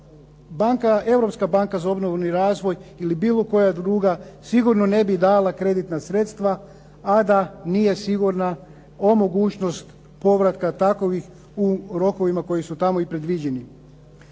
da Europska banka za obnovu i razvoj ili bilo koja druga sigurno ne bi davala kreditna sredstva a da nije sigurna o mogućnosti povratka takvih u rokovima koji su tamo i predviđeni.